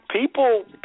people